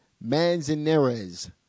Manzanares